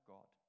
God